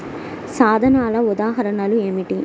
సాధనాల ఉదాహరణలు ఏమిటీ?